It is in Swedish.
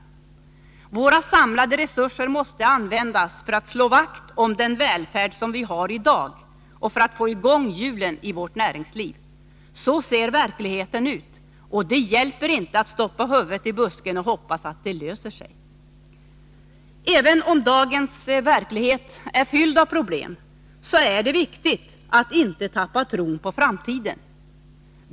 Våra samlade resurser måste användas för att slå vakt om den välfärd som vi har i dag och för att få i gång hjulen i vårt näringsliv. Så ser verkligheten ut, och det hjälper inte att stoppa huvudet i busken och hoppas att det löser sig. Även om dagens verklighet är fylld av problem är det viktigt att inte tappa tron på framtiden.